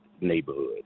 neighborhood